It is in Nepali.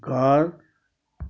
घर